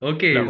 Okay